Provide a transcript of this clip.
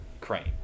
crane